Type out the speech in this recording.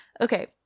okay